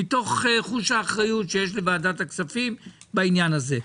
מתוך חוש האחריות שיש לוועדת הכספים בעניין הזה,